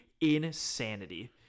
insanity